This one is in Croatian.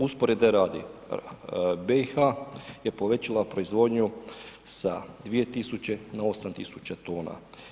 Usporedbe radi, BiH je povećala proizvodnju sa 2000. na 8000 tona.